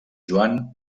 joan